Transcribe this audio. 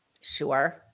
sure